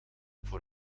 voor